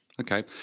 Okay